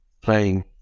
playing